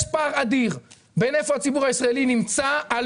יש פער אדיר בין איפה שהציבור הישראלי נמצא על